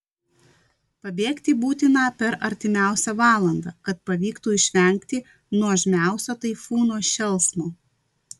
pabėgti būtina per artimiausią valandą kad pavyktų išvengti nuožmiausio taifūno šėlsmo